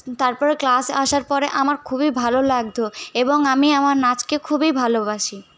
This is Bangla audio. তারপরে ক্লাস আসার পরে আমার খুবই ভালো লাগতো এবং আমি আমার নাচকে খুবই ভালোবাসি